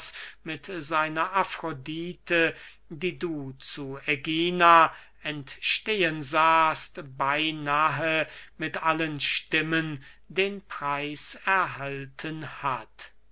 mit seiner afrodite die du zu ägina entstehen sahst beynahe mit allen stimmen den preis erhalten hat